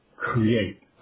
create